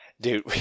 Dude